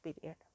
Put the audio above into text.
period